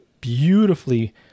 beautifully